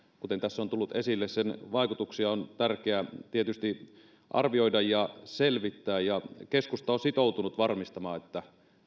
kuten tässä on tullut esille sen vaikutuksia on tietysti tärkeää arvioida ja selvittää keskusta on sitoutunut varmistamaan että